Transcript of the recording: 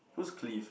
who's Clive